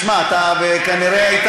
תשמע, אתה כנראה היית